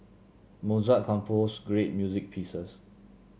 Mozart composed great music pieces